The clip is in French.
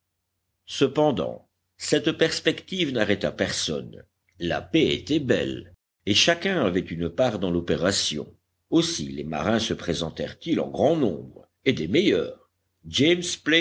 cependant cette perspective n'arrêta personne la paye était belle et chacun avait une part dans l'opération aussi les marins se présentèrent ils en grand nombre et des meilleurs james